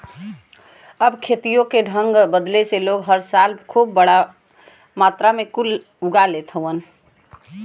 अब खेतियों के ढंग बदले से लोग हर साले खूब बड़ा मात्रा मे कुल उगा लेत हउवन